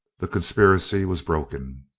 the conspiracy was broken.